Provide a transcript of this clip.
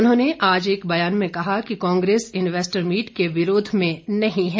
उन्होंने आज एक ब्यान में कहा कि कांग्रेस इन्वेस्टर मीट के विरोध में नहीं है